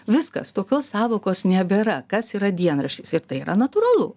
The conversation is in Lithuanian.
viskas tokios sąvokos nebėra kas yra dienraštis ir tai yra natūralu